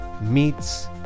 meets